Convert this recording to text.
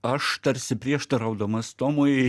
aš tarsi prieštaraudamas tomui